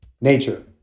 nature